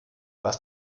was